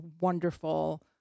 wonderful